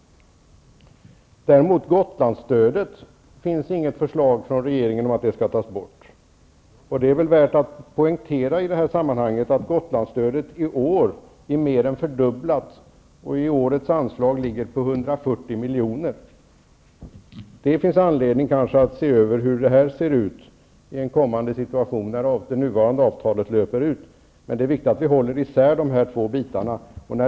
Däremot finns det inget förslag från regeringen om att Gotlandsstödet skall tas bort. Det är väl värt att poängtera i detta sammanhang att Gotlandsstödet i år mer än fördubblats. Årets anslag ligger på 140 milj.kr. Det finns kanske anledning att se över hur detta kommer att se ut i en framtida situation när det nuvarande avtalet löper ut. Men det är viktigt att vi håller isär dessa två frågor.